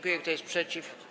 Kto jest przeciw?